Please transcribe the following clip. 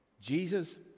Jesus